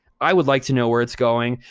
i would like to know where it's going,